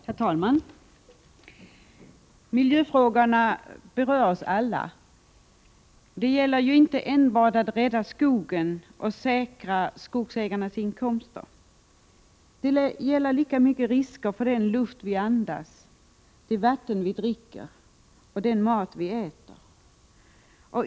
Herr talman! Miljöfrågorna berör oss alla. Det gäller inte enbart att rädda skogen och säkra skogsägarnas inkomster. Det gäller lika mycket risker för den luft vi andas, det vatten vi dricker och den mat vi äter.